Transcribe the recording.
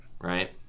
Right